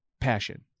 Passion